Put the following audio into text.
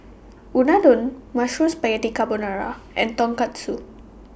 Unadon Mushroom Spaghetti Carbonara and Tonkatsu